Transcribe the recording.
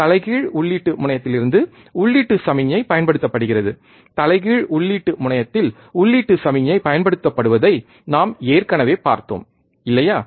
தலைகீழ் உள்ளீட்டு முனையத்திலிருந்து உள்ளீட்டு சமிக்ஞை பயன்படுத்தப்படுகிறது தலைகீழ் உள்ளீட்டு முனையத்தில் உள்ளீட்டு சமிக்ஞை பயன்படுத்தப்படுவதை நாம் ஏற்கனவே பார்த்தோம் இல்லையா